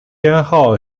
偏好